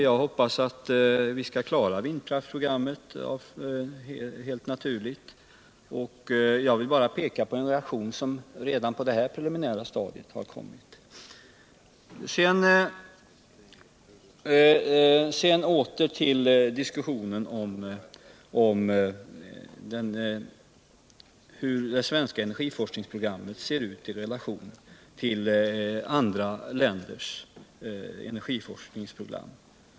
Jag hoppas helt naturligt att vi skall kunna klara vindkraftprogrammet. Jag har bara velat peka på en reaktion som har kommit fram redan på detta preliminära stadium. Så åter till diskussionen om hur det svenska encergiforskningsprogrammet ser ut i relation till andra länders program.